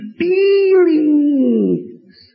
feelings